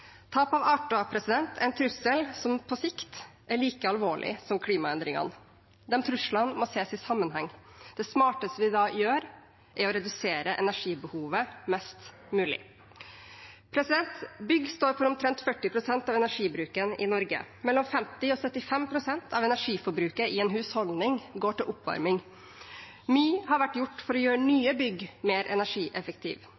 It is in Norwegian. Tap av arter er en trussel som på sikt er like alvorlig som klimaendringene. De truslene må ses i sammenheng. Det smarteste vi da gjør, er å redusere energibehovet mest mulig. Bygg står for omtrent 40 pst. av energibruken i Norge. Mellom 50 pst. og 75 pst. av energiforbruket i en husholdning går til oppvarming. Mye har vært gjort for å gjøre